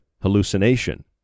hallucination